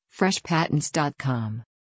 freshpatents.com